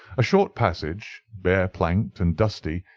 a short passage, bare planked and dusty,